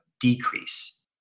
decrease